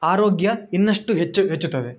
ಆರೋಗ್ಯ ಇನ್ನಷ್ಟು ಹೆಚ್ಚು ಹೆಚ್ಚುತ್ತದೆ